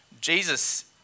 Jesus